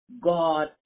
God